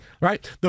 Right